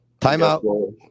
Timeout